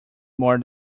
more